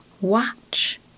watch